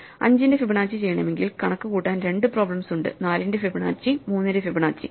5 ന്റെ ഫിബൊനാച്ചി ചെയ്യണമെങ്കിൽ കണക്കുകൂട്ടാൻ രണ്ട് പ്രോബ്ലെംസ് ഉണ്ട് 4 ന്റെ ഫിബൊനാച്ചി 3 ന്റെ ഫിബൊനാച്ചി